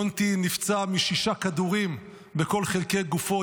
יונתי נפצע משישה כדורים בכל חלקי גופו,